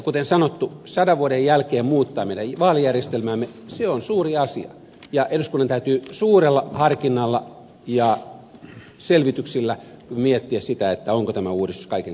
kuten sanottu on suuri asia sadan vuoden jälkeen muuttaa meidän vaalijärjestelmäämme ja eduskunnan täytyy suurella harkinnalla ja selvityksillä miettiä sitä onko tämä uudistus kaiken kaikkiaan tarkoituksenmukainen